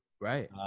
Right